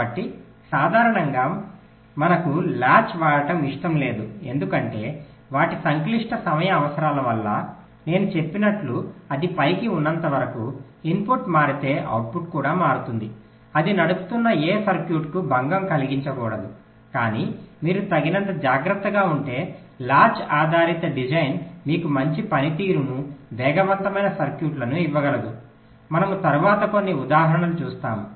కాబట్టి సాధారణంగా మనకు లాచ్ వాడటం ఇష్టం లేదు ఎందుకంటే వాటి సంక్లిష్ట సమయ అవసరాల వల్ల నేను చెప్పినట్లు అది పైకి ఉన్నంత వరకు ఇన్పుట్ మారితే అవుట్పుట్ కూడా మారుతుంది అది నడుపుతున్న ఏ సర్క్యూట్కు భంగం కలిగించకూడదు కానీ మీరు తగినంత జాగ్రత్తగా ఉంటే లాచ్ ఆధారిత డిజైన్ మీకు మంచి పనితీరును వేగవంతమైన సర్క్యూట్లను ఇవ్వగలదు మనము తరువాత కొన్ని ఉదాహరణలు చూస్తాము